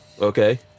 Okay